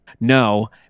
No